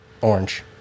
Orange